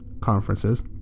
conferences